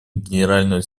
генерального